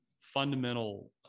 fundamental